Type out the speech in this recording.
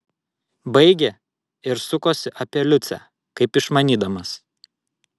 baigė ir sukosi apie liucę kaip išmanydamas